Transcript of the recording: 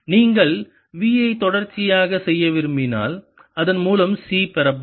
நீங்கள் Vஐ தொடர்ச்சியாக செய்ய விரும்பினால் அதன் மூலம் C பெறப்படும்